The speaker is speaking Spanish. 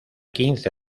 quince